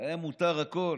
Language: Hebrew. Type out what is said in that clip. להם מותר הכול,